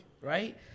right